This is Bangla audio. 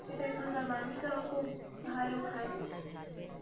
সেটা এখানকার মানুষরাও খুব ভালো খায়